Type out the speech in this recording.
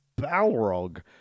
Balrog